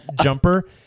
jumper